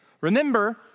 Remember